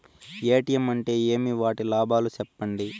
ATM అంటే ఏమి? వాటి లాభాలు సెప్పండి?